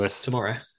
tomorrow